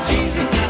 Jesus